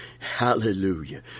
Hallelujah